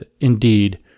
indeed